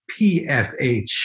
PFH